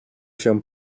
się